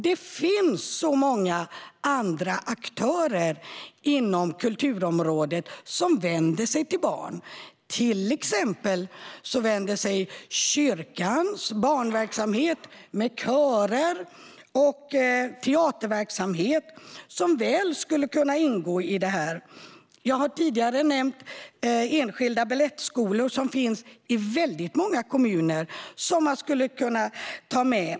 Det finns många andra aktörer inom kulturområdet som vänder sig till barn, till exempel kyrkans barnverksamhet med körer och teaterverksamhet, som väl skulle kunna ingå i detta. Jag har tidigare nämnt enskilda balettskolor, som finns i många kommuner, som något som man skulle kunna ta med.